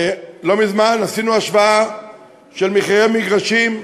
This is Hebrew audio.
לא מזמן עשינו השוואה של מחירי מגרשים,